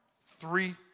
three